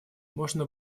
можно